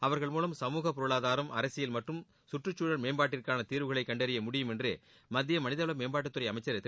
அவர்கள் மூலம் சமூக பொருளாதாரம் அரசியல் மற்றும் கற்றுச்சூழல் மேம்பாட்டிற்கான தீர்வுகளை கண்டறிய முடியும் என மத்திய மனிதவள மேம்பாட்டுத்துறை அமைச்சள் திரு